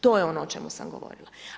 To je ono čemu sam govorila.